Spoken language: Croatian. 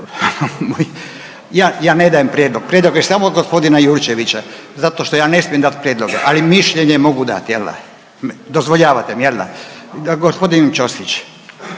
ja ne dajem prijedlog, prijedlog je samo od gospodina Jurčevića zato što ja ne smijem dati prijedlog, ali mišljenje mogu dati jel da, dozvoljavate mi jel da. Gospodin Ćosić.